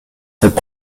cette